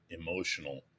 emotional